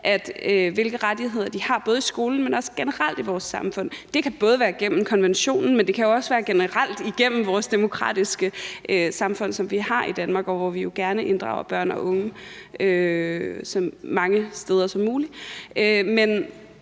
hvilke rettigheder de har, både i skolen, men også generelt i vores samfund. Det kan både være gennem konventionen, men det kan også være generelt igennem vores demokratiske samfund, som vi har i Danmark, hvor vi jo gerne inddrager børn og unge så mange steder som muligt.